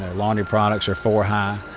laundry products are four high.